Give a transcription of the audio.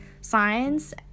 science